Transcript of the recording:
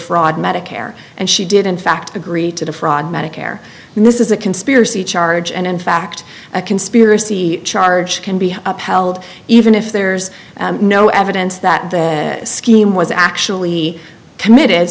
defraud medicare and she did in fact agree to the fraud in medicare and this is a conspiracy charge and in fact a conspiracy charge can be upheld even if there's no evidence that the scheme was actually commit